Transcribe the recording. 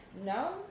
No